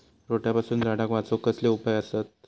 रोट्यापासून झाडाक वाचौक कसले उपाय आसत?